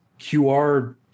QR